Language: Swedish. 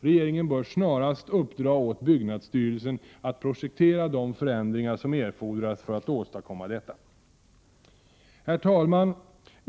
Regeringen bör snarast uppdra åt byggnadsstyrelsen att projektera de förändringar som erfordras för att åstadkomma detta. Herr talman!